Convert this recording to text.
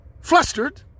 flustered